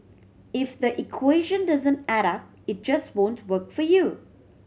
if the equation doesn't add up it just won't work for you